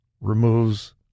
removes